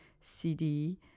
CD